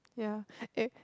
ya eh